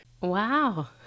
Wow